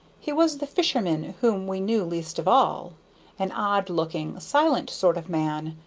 he was the fisherman whom we knew least of all an odd-looking, silent sort of man,